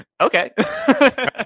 okay